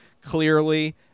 clearly